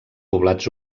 poblats